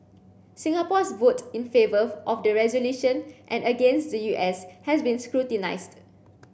Singapore's vote in favour of the resolution and against the U S has been scrutinised